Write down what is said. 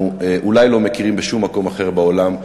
אולי לא מכירים בשום מקום אחר בעולם.